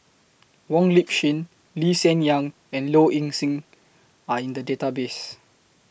Wong Lip Chin Lee Hsien Yang and Low Ing Sing Are in The Database